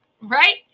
right